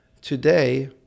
Today